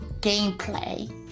gameplay